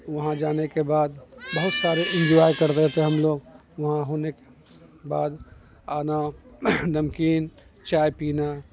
وہاں جانے کے بعد بہت سارے انجوائے کرتے تھے ہم لوگ وہاں ہونے کے بعد آنا نمکین چائے پینا